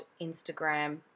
instagram